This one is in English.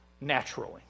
naturally